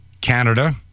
Canada